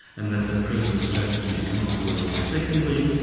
and that the present strategy is not working secondly,